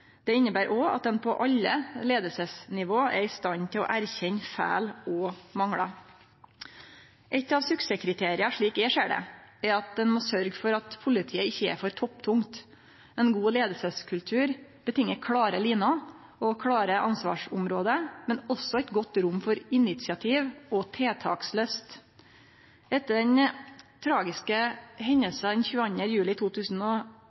Det inneber òg at ein på alle leiarnivåa er i stand til å erkjenne feil og manglar. Eit av suksesskriteria, slik eg ser det, er at ein må sørgje for at politiet ikkje er for topptungt. Ein god leiingskultur krev klare liner og klare ansvarsområde, men også eit godt rom for initiativ og tiltakslyst. Etter dei tragiske hendingane 22. juli